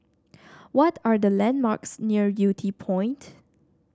what are the landmarks near Yew Tee Point